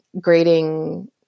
grading